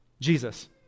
Jesus